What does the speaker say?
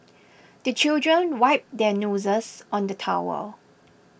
the children wipe their noses on the towel